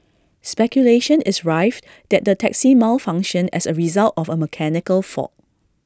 speculation is rife that the taxi malfunctioned as A result of A mechanical fault